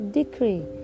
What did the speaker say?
decree